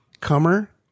comer